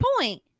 point